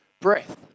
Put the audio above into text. breath